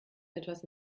etwas